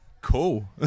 Cool